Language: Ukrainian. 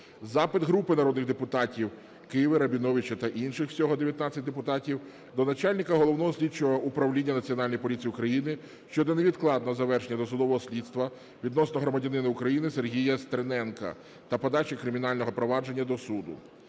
Запит групи народних депутатів (Киви, Рабіновича та інших. Всього 19 депутатів) до начальника Головного слідчого управління Національної поліції України щодо невідкладного завершення досудового слідства відносно громадянина України Сергія Стерненка та передачі кримінального провадження до суду.